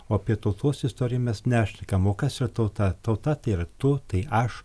o apie tautos istoriją mes nešnekam o kas yra tauta tauta tai yra tu tai aš